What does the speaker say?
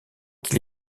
qu’il